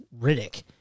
Riddick